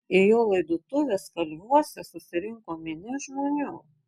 į jo laidotuves kalviuose susirinko minia žmonių